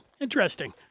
Interesting